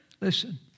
Listen